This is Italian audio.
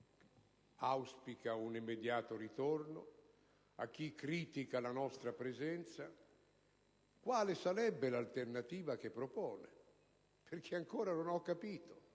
auspica un immediato ritorno, a chi critica la nostra presenza, quale sarebbe l'alternativa che propone, perché ancora non l'ho capito.